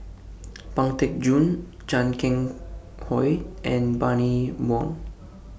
Pang Teck Joon Chan Keng Howe and Bani Buang